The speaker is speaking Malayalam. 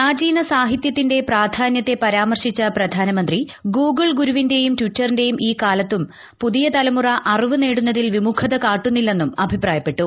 പ്രാചീന സാഹിത്യത്തിന്റെ പ്രാധീർണ്ണത്തെ പരാമർശിച്ച പ്രധാനമന്ത്രി ഗൂഗിൾ ഗുരുവിന്റെയും ടിറ്ററിന്റെയും ഈ കാലത്തും പുതിയ തലമുറ അറിവ് നേടുന്നതിൽ ്വിമുഖത കാട്ടുന്നില്ലെന്നും അഭിപ്രായ പ്പെട്ടു